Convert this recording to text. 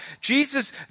Jesus